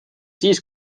siis